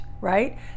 right